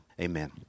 amen